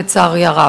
לצערי הרב.